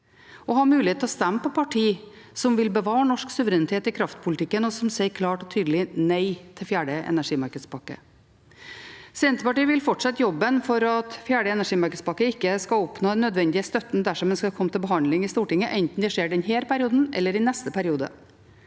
og ha mulighet til å stemme på partier som vil bevare norsk suverenitet i kraftpolitikken, og som sier klart og tydelig nei til fjerde energimarkedspakke? Senterpartiet vil fortsette jobben for at fjerde energimarkedspakke ikke skal oppnå den nødvendige støtten dersom den kommer til behandling i Stortinget, enten det skjer i denne perioden eller i neste. Da er det